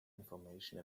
information